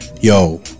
Yo